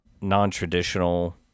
non-traditional